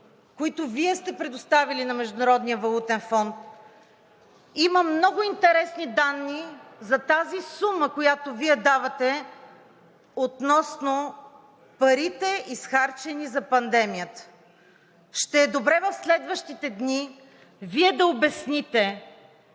които Вие сте предоставили на Международния валутен фонд, има много интересни данни за тази сума, която Вие давате, относно парите, изхарчени за пандемията. Ще е добре в следващите дни Вие да обясните